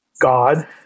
God